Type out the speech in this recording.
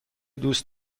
دوست